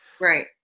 Right